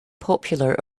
popular